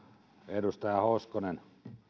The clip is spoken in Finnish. edustaja hoskonen